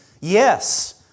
Yes